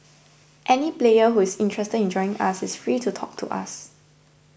any player who is interested in joining us is free to talk to us